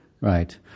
Right